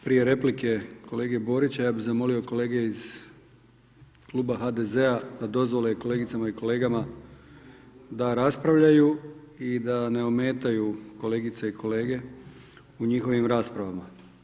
Prije replike kolege Borića, zamolio bih kolege iz kluba HDZ-a da dozvole kolegicama i kolegama da raspravljaju i da ne ometaju kolegice i kolege u njihovim raspravama.